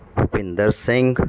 Bhupinder Singh